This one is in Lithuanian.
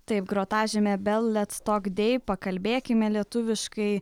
taip grotažėmė bell lets tok dai pakalbėkime lietuviškai